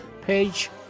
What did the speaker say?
page